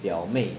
表妹